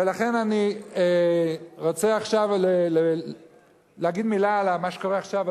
ולכן אני רוצה עכשיו להגיד מלה על מה שקורה עכשיו,